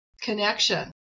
connection